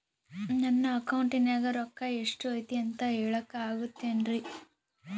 ನನ್ನ ಅಕೌಂಟಿನ್ಯಾಗ ರೊಕ್ಕ ಎಷ್ಟು ಐತಿ ಅಂತ ಹೇಳಕ ಆಗುತ್ತೆನ್ರಿ?